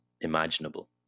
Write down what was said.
imaginable